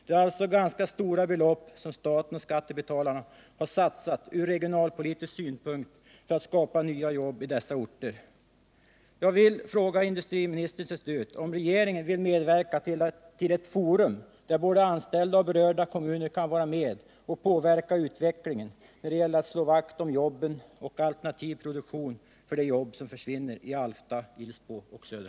Det är alltså ganska stora belopp som staten och skattebetalarna ur regionalpolitisk synpunkt har satsat för att skapa nya jobb i dessa orter.